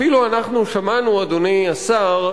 אפילו אנחנו שמענו, אדוני השר,